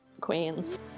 queens